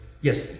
Yes